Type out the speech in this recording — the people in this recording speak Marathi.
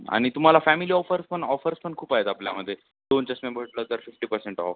आणि तुम्हाला फॅमिलि ऑफरपण ऑफर्सपण खूप आहेत आपल्यामध्ये दोन चष्मे भेटलं तर फिफ्टी पसेंट ऑफ